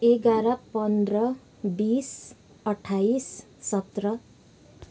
एघार पन्ध्र बिस अट्ठाइस सत्र